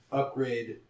upgrade